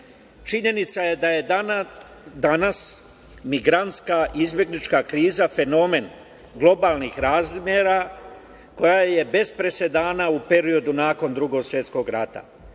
Srbije. Činjenica je da je danas migrantska izbeglička kriza fenomen globalnih razmera koja je bez presedana u periodu nakon Drugog svetskog rata.